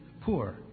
poor